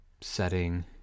setting